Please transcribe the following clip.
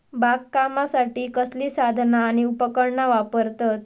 बागकामासाठी कसली साधना आणि उपकरणा वापरतत?